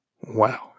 Wow